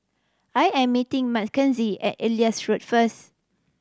I am meeting Mackenzie at Elias Road first